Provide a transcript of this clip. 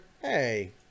Hey